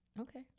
okay